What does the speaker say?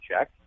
check